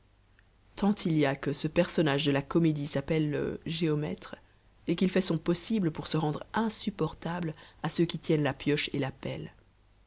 tant il y a que ce personnage de la comédie s'appelle le géomètre et qu'il fait son possible pour se rendre insupportable à ceux qui tiennent la pioche et